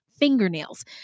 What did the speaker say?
fingernails